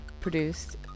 produced